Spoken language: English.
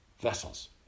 vessels